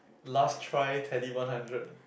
last try Teddy one hundred